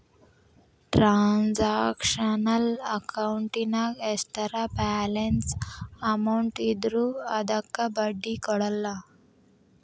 transactional ಅಕೌಂಟಿನ್ಯಾಗ ಎಷ್ಟರ balance amount ಇದ್ರೂ ಅದಕ್ಕ ಬಡ್ಡಿ ಕೊಡಲ್ಲ